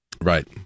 Right